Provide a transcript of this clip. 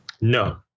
No